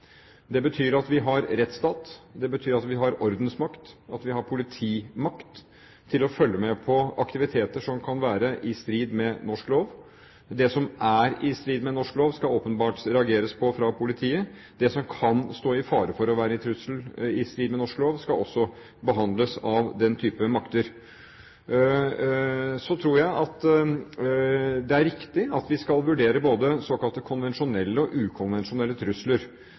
Det betyr at vi har rettsstat, det betyr at vi har ordensmakt, og at vi har politimakt til å følge med på aktiviteter som kan være i strid med norsk lov. Det som er i strid med norsk lov, skal åpenbart reageres på fra politiet. Det som kan stå i fare for å være i strid med norsk lov, skal også behandles av den type makter. Så tror jeg at det er riktig at vi skal vurdere både såkalte konvensjonelle og ukonvensjonelle trusler.